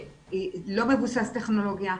שהוא לא מבוסס טכנולוגיה.